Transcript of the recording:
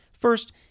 First